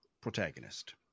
protagonist